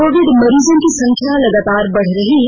Covid मरीजों की संख्या लगातार बढ़ रही है